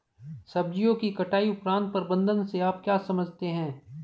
सब्जियों की कटाई उपरांत प्रबंधन से आप क्या समझते हैं?